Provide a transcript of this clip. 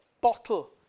bottle